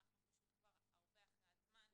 פשוט תענוג לעבוד איתם, אלה חבר'ה מקסימים